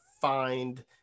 find